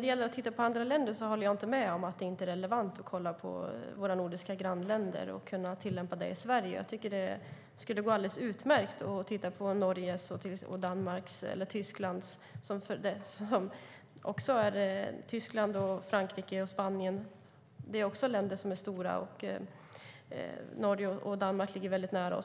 det gäller att titta på andra länder håller jag inte med socialminister Göran Hägglund om att det inte är relevant att kolla på våra nordiska grannländer och att tillämpa detta i Sverige. Jag tycker att det går alldeles utmärkt att titta på Norge och Danmark. Det går också att titta på Tyskland, Frankrike och Spanien - det är länder som är stora. Och Norge och Danmark ligger väldigt nära.